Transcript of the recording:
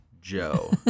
Joe